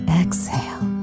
exhale